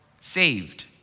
saved